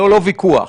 ללא ויכוח